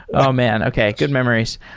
oh man! okay. good memories.